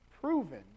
proven